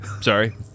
Sorry